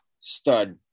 stud